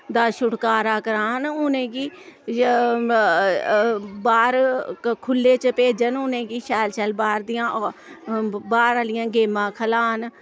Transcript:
दा छुटकारा करान उ'नें गी बाह्र खु'ल्ले च भेजन उ'नें गी शैल शैल बाह्र दि'यां बाह्र बाह्र आह्लियां गेमां खलान